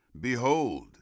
Behold